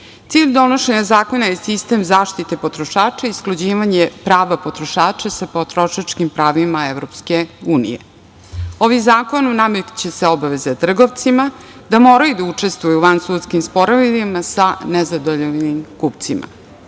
cilj donošenja zakona je sistem zaštite potrošača i usklađivanje prava potrošača sa potrošačkim pravima EU.Ovim zakonom nameću se obaveze trgovcima da moraju da učestvuju u vansudskim sporovima sa nezadovoljnim kupcima.